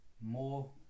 more